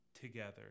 together